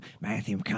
Matthew